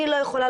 אני לא יכולה